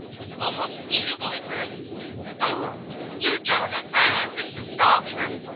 with almost jubilant mirth oh you don't admire mrs. saltram?